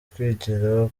kwigira